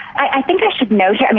i think i should note and